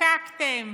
חוקקתם